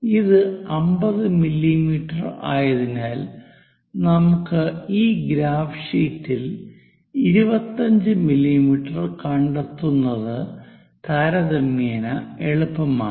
ഇത് 50 മില്ലീമീറ്റർ ആയതിനാൽ നമുക്ക് ഈ ഗ്രാഫ് ഷീറ്റിൽ 25 മില്ലീമീറ്റർ കണ്ടെത്തുന്നത് താരതമ്യേന എളുപ്പമാണ്